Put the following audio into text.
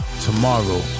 tomorrow